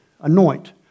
anoint